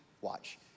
watch